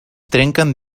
trenquen